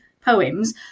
poems